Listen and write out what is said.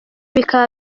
bikaba